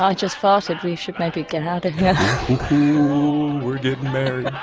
um just farted, we should maybe get out of yeah we're gettin' married.